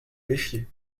pêchiez